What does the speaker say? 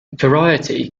variety